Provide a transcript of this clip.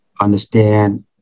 understand